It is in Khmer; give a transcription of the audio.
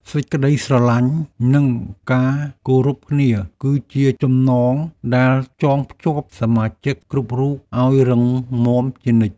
សេចក្តីស្រឡាញ់ និងការគោរពគ្នា គឺជាចំណងដែលចងភ្ជាប់សមាជិកគ្រប់រូបឱ្យរឹងមាំជានិច្ច។